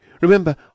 Remember